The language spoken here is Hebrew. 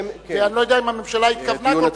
אני לא יודע אם הממשלה התכוונה כל כך,